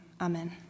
Amen